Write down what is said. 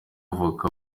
abavoka